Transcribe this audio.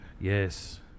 Yes